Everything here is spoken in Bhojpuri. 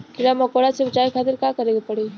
कीड़ा मकोड़ा से बचावे खातिर का करे के पड़ी?